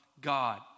God